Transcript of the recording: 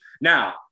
Now